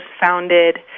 founded